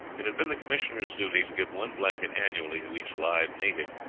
it had been the commissioner's duty to give one blanket annually to each live native,